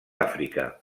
àfrica